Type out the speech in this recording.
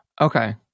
Okay